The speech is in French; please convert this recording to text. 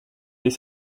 les